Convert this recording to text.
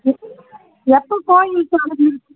எப் எப்போ கோவில் திறந்துருக்கும்